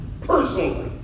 personally